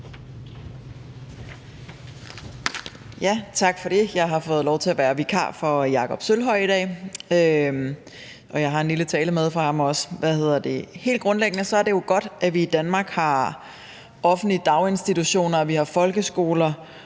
Tak for det. Jeg har fået lov til at være vikar for Jakob Sølvhøj i dag, og jeg har også en lille tale med fra ham. Helt grundlæggende er det jo godt, at vi i Danmark har offentlige daginstitutioner, og at vi har folkeskoler,